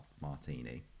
Martini